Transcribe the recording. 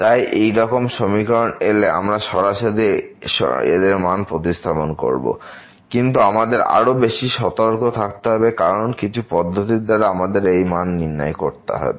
তাই এইরকম সমীকরণ এলে আমরা সরাসরি এদের মান প্রতিস্থাপন করব কিন্তু আমাদের আরো বেশি সতর্ক থাকতে হবে কারণ কিছু পদ্ধতির দ্বারা আমাদের এই মান নির্ধারণ করতে হবে